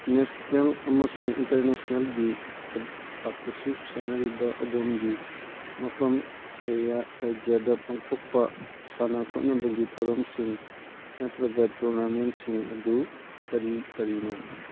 national ꯑꯃꯁꯨꯡ ꯏꯟꯇꯔꯅꯦꯁꯅꯦꯜꯒꯤ ꯊꯥꯛꯇꯁꯨ ꯁꯥꯟꯅꯔꯤꯕ ꯑꯗꯣꯝꯒꯤ ꯃꯐꯝ ꯑꯦꯔꯤꯌꯥ ꯔꯥꯖ꯭ꯌꯗ ꯄꯥꯡꯊꯣꯛꯄ ꯁꯥꯟꯅ ꯈꯣꯠꯅꯕꯒꯤ ꯊꯧꯔꯝꯁꯤꯡ ꯅꯠꯇ꯭ꯔꯒ ꯇꯣꯔꯅꯥꯃꯦꯟꯁꯤꯡ ꯑꯗꯨ ꯀꯔꯤ ꯀꯔꯤꯅꯣ